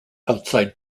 outside